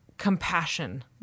compassion